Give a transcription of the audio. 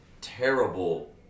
terrible